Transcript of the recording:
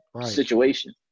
situation